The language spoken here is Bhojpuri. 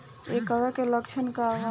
डकहा के लक्षण का वा?